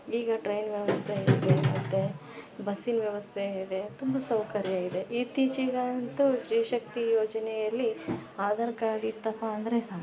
ಈಗ ಟ್ರೈನ್ ವ್ಯವಸ್ಥೆ ಇದೆ ಮತ್ತು ಬಸ್ಸಿನ ವ್ಯವಸ್ಥೆ ಇದೆ ತುಂಬ ಸೌಕರ್ಯ ಇದೆ ಇತ್ತೀಚಿಗಂತೂ ಸ್ತ್ರೀಶಕ್ತಿ ಯೋಜನೆಯಲ್ಲಿ ಆಧಾರ್ ಕಾರ್ಡ್ ಇತ್ತಪ್ಪ ಅಂದರೆ ಸಾಕು